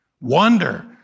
wonder